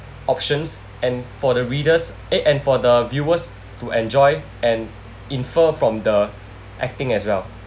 options and for the readers eh and for the viewers to enjoy and infer from the acting as well